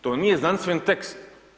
To nije znanstveni tekst.